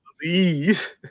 Please